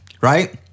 Right